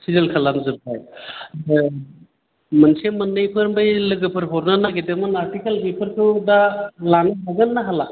chisel खालाम जोबबाय मोनसे मोननैफोर बे लोगोफोर हरनो नागिरदोंमोन आरथिखोल बेफोरखौ दा लानो हागोन ना हाला